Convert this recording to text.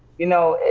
you know,